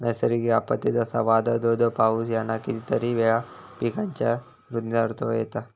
नैसर्गिक आपत्ते, जसा वादाळ, धो धो पाऊस ह्याना कितीतरी वेळा पिकांच्या रूजण्यात अडथळो येता